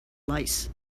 lice